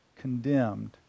condemned